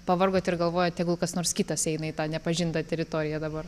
pavargot ir galvojot tegul kas nors kitas eina į tą nepažintą teritoriją dabar